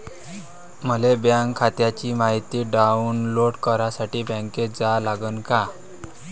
मले बँक खात्याची मायती डाऊनलोड करासाठी बँकेत जा लागन का?